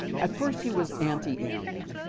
at first he was anti-arian,